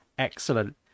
Excellent